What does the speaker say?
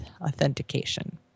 authentication